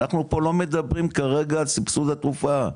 אנחנו פה לא מדברים כרגע על סבסוד התרופה.